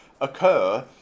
occur